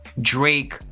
Drake